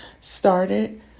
started